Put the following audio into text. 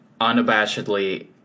unabashedly